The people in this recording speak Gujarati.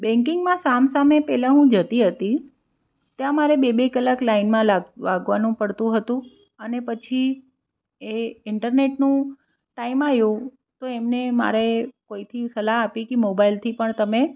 બેન્કિંગમાં સામસામે પહેલાં હું જતી હતી ત્યાં મારે બે બે કલાક લાઈનમાં લાગ લાગવાનું પડતું હતું અને પછી એ ઇન્ટરનેટનું ટાઈમ આવ્યો તો એમને મારે કોઈથી સલાહ આપી કે મોબાઇલથી પણ તમે